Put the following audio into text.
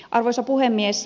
arvoisa puhemies